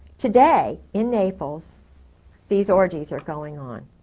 today in naples these orgies are going on.